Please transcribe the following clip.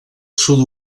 sud